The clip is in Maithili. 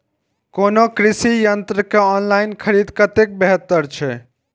कोनो कृषि यंत्र के ऑनलाइन खरीद कतेक बेहतर छै?